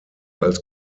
als